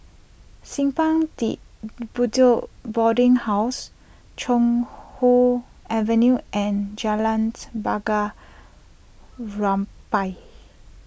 Simpang De Bedok Boarding House Chuan Hoe Avenue and Jalans Bunga Rampai